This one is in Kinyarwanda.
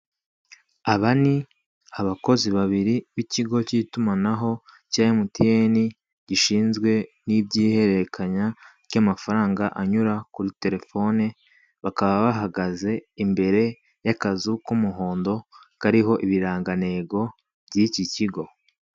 Aba ni abakozi babiri b'ikigo cy'itumanaho cya MTN, gishinzwe n'iby'ihererekanya ry'amafaranga anyura kuri telefone, bakaba bahagaze imbere y'akazu k'umuhondo kariho ibirangantego by'iki kigo.